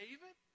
David